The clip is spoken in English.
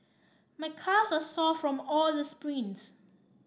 my calves are sore from all the sprints